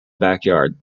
backyard